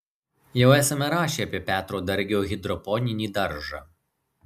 jau esame rašę apie petro dargio hidroponinį daržą